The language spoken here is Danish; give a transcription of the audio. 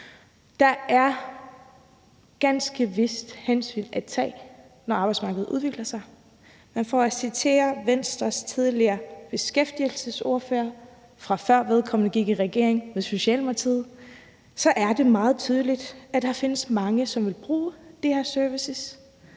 Der er ganske vist hensyn at tage, når arbejdsmarkedet udvikler sig, men for at citere Venstres tidligere beskæftigelsesordfører, fra før Venstre gik i regering med Socialdemokratiet, er det meget tydeligt, at der findes mange, som vil bruge de her servicer,